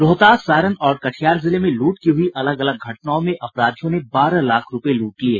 रोहतास सारण और कटिहार जिले में लूट की हुई अलग अलग घटनाओं में अपराधियों ने बारह लाख रूपये लूट लिये